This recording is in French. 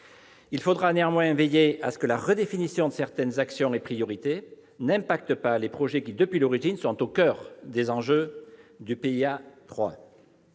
Il faudra toutefois veiller à ce que la redéfinition de certaines actions et priorités ne menace pas les projets qui, depuis l'origine, sont au coeur des enjeux du PIA 3.